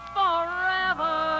forever